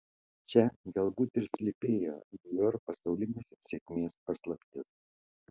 čia galbūt ir slypėjo dior pasaulinės sėkmės paslaptis